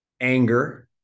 anger